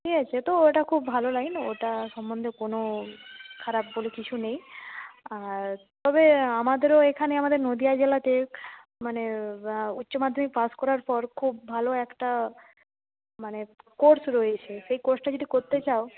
সে তো ওটা খুব ভালো লাইন ওটা সম্বন্ধে কোনো খারাপ বলে কিছু নেই আর তবে আমাদেরও এখানে আমাদের নদীয়া জেলাতে মানে উচ্চমাধ্যমিক পাস করার পর খুব ভালো একটা মানে কোর্স রয়েছে সেই কোর্সটা যদি করতে চাও